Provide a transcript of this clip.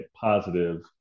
positive